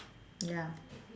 ya